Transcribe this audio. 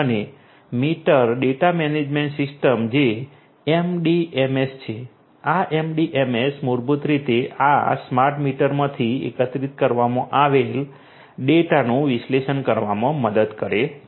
અને meter data management system જે MDMS છે આ MDMS મૂળભૂત રીતે આ સ્માર્ટ મીટરમાંથી એકત્રિત કરવામાં આવેલ ડેટાનું વિશ્લેષણ કરવામાં મદદ કરે છે